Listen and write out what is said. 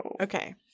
Okay